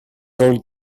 old